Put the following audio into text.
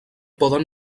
poden